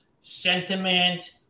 sentiment